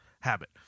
habit